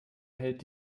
hält